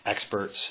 experts